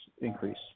increase